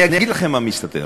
אני אגיד לכם מה מסתתר: